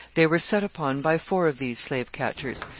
they were set upon by four of these slave-catchers,